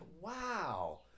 wow